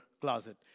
closet